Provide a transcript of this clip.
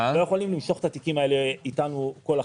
אנחנו לא יכולים למשוך את התיקים האלה איתנו כל החיים,